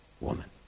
woman